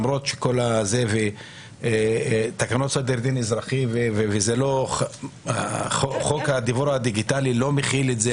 למרות תקנות סדר הדין האזרחי וחוק הדיוור הדיגיטלי לא מכיל את זה